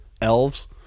elves